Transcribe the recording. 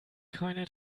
keine